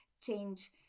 change